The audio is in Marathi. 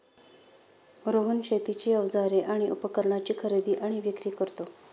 रोहन शेतीची अवजारे आणि उपकरणाची खरेदी आणि विक्री करतो